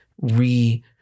re